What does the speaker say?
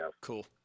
Cool